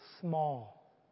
small